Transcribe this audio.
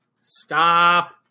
Stop